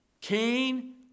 Cain